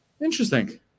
Interesting